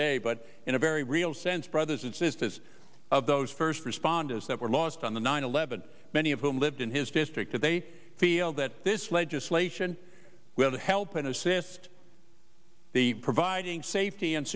day but in a very real sense brothers it says this of those first responders that were lost on the nine eleven many of whom lived in his district that they feel that this legislation will help and assist the providing safety and